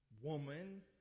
woman